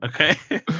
okay